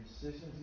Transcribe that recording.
decisions